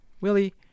Willie